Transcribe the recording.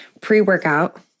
pre-workout